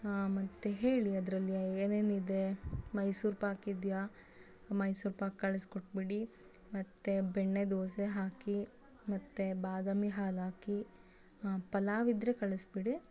ಹಾಂ ಮತ್ತೆ ಹೇಳಿ ಅದರಲ್ಲಿ ಏನೇನು ಇದೆ ಮೈಸೂರು ಪಾಕ್ ಇದೆಯಾ ಮೈಸೂರು ಪಾಕ್ ಕಳಸ್ಕೊಟ್ಬಿಡಿ ಮತ್ತೆ ಬೆಣ್ಣೆ ದೋಸೆ ಹಾಕಿ ಮತ್ತೆ ಬಾದಾಮಿ ಹಾಲಾಕಿ ಪಲಾವಿದ್ದರೆ ಕಳ್ಸ್ಬಿಡಿ